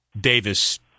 Davis –